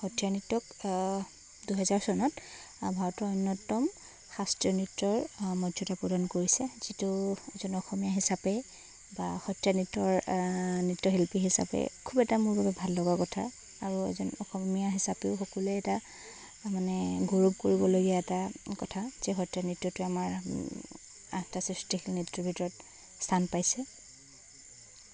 সত্ৰীয়া নৃত্যক দুহেজাৰ চনত আ ভাৰতৰ অন্যতম শাস্ত্ৰীয় নৃত্যৰ আ মৰ্যাদা প্ৰদান কৰিছে যিটো এজন অসমীয়া হিচাপে বা সত্ৰীয়া নৃত্যৰ নৃত্যশিল্পী হিচাপে খুব এটা মোৰ বাবে ভাল লগা কথা আৰু এজন অসমীয়া হিচাপেও সকলোৱে এটা মানে গৌৰৱ কৰিবলগীয়া এটা কথা যে সত্ৰীয়া নৃত্যটো আমাৰ আঠটা সৃষ্টিশীল নৃত্যৰ ভিতৰত স্থান পাইছে